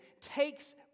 takes